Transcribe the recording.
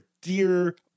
dear